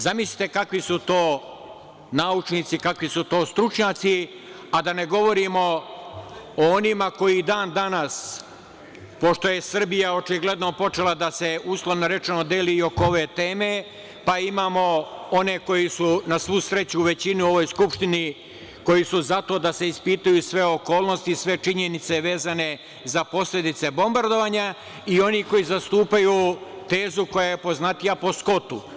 Zamislite kakvi su to naučnici, kakvi su to stručnjaci, a da ne govorimo o onima koji i dan danas, pošto je Srbija očigledno počela da se, uslovno rečeno, deli i oko ove teme, pa imamo one koji su na svu sreću, u većini u ovoj Skupštini, koji su za to da se ispitaju sve okolnosti, sve činjenice vezane za posledice bombardovanja i oni koji zastupaju tezu koja je poznatija po Skotu.